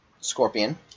Scorpion